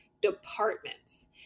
departments